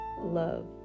love